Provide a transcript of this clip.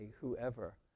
whoever